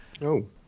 No